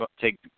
take